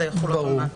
זה יחול אוטומטית.